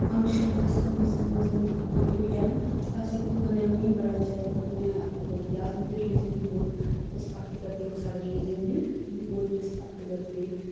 function custom जेह्के बी हैन अस इक्क दुए कन्नै उ'नें बड़े अच्छे कन्नै अस उं'दे रलीजन दी बहोत रिस्पैक्ट करदे ते ओह् साढ़े दे बी बहोत रिस्पैक्ट करदे